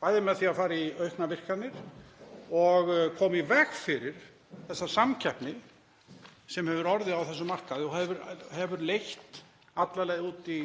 bæði með því að fara í auknar virkjanir og koma í veg fyrir þessa samkeppni sem hefur orðið á þessum markaði og hefur leitt alla leið út í